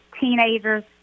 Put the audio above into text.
Teenagers